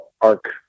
arc